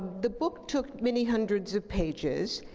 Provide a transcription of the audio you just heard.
the book took many hundreds of pages.